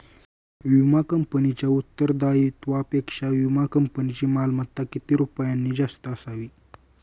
विमा कंपनीच्या उत्तरदायित्वापेक्षा विमा कंपनीची मालमत्ता किती रुपयांनी जास्त असावी?